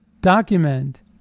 document